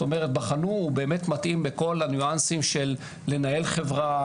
זאת אומרת בחנו האם הוא מתאים בכל הניואנסים של לנהל חברה,